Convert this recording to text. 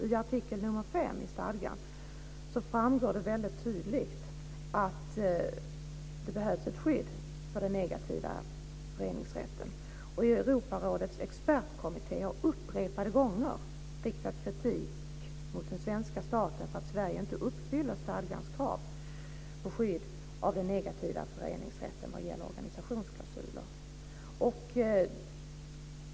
I artikel nr 5 i stadgan framgår det tydligt att det behövs ett skydd för den negativa föreningsrätten. Europarådets expertkommitté har upprepade gånger riktat kritik mot den svenska staten för att Sverige inte uppfyller stadgans krav på skydd av den negativa föreningsrätten vad gäller organisationsklausuler.